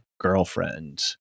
girlfriend